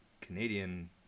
Canadian